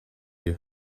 you